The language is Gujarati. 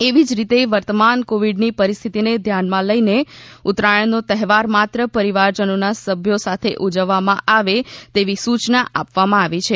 એવી જ રીતે વર્તમાન કોવિડની પરિસ્થિતિને ધ્યાનમાં લઈને ઉત્તરાયણનો તહેવાર માત્ર પરિવારજનોના સભ્યો સાથે ઉજવવામાં આવે તેવી સૂચના આપવામાં આવી છે